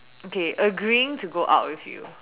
okay agreeing to go out with you